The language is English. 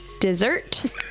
Dessert